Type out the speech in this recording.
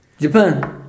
Japan